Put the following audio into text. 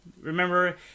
remember